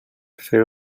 fer